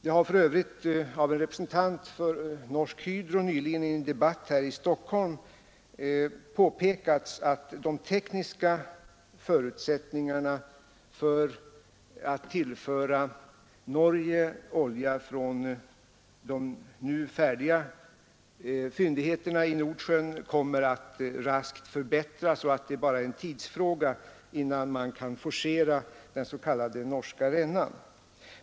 Det har för övrigt av en representant för Norsk Hydro nyligen i en debatt här i Stockholm påpekats, att de tekniska förutsättningarna för att tillföra Norge olja från de nu färdiga fyndigheterna i Nordsjön kommer att raskt förbättras, och att det bara är en tidsfråga innan man kan forcera den s.k. Norska rännan.